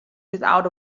without